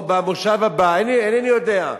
או במושב הבא, אינני יודע.